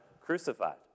crucified